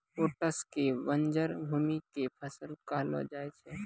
oats कॅ बंजर भूमि के फसल कहलो जाय छै